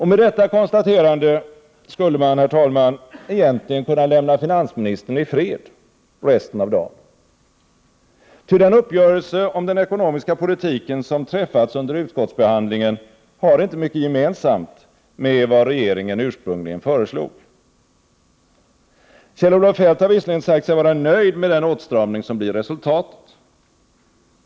Med detta konstaterande skulle man, herr talman, egentligen kunna lämna finansministern i fred resten av dagen, ty den uppgörelse om den ekonomiska politiken som träffats under utskottsbehandlingen har inte mycket gemensamt med vad regeringen ursprungligen föreslog. Kjell-Olof Feldt har visserligen sagt sig vara nöjd med den åtstramning som blir resultatet.